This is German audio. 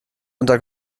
unter